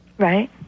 Right